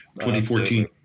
2014